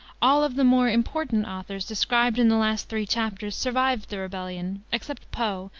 all of the more important authors described in the last three chapters survived the rebellion, except poe,